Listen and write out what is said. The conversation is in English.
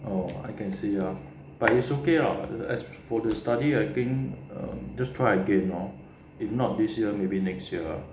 oh I can see ah but it's okay ah as for the study I think err just try again lor if not this year maybe next year ah